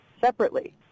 separately